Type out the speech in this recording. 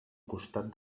costat